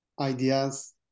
ideas